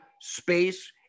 space